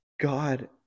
god